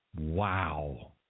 wow